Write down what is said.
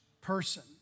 person